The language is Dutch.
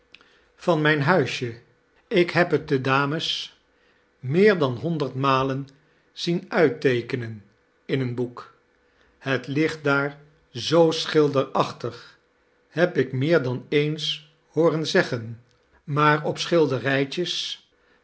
van nrijii huisje ik heb het de dames meer dan honderd malen zien uitteekenen in sen boek het ligt daar zoo schilderachtig heb ik meer daa eens hoorecl zeggen maar op schilderijtjes